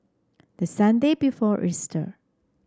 the Sunday before Easter